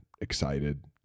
excited